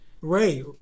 Ray